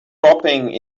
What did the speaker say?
dropping